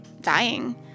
dying